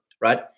Right